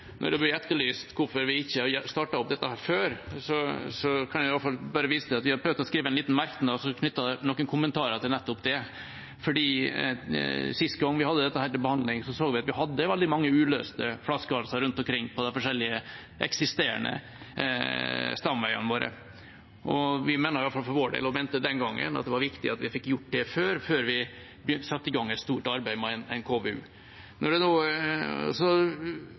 blir etterlyst hvorfor vi ikke har startet opp dette før, kan jeg iallfall bare vise til at vi har prøvd å skrive en liten merknad som knytter noen kommentarer til nettopp det. For sist gang vi hadde dette til behandling, så vi at vi hadde veldig mange uløste flaskehalser rundt omkring på de forskjellige eksisterende stamveiene våre. Det mener vi i hvert fall fra vår side, og vi mente det den gangen, at det var viktig å få gjort noe med før vi satte i gang et stort arbeid med en KVU. Jeg tenker at det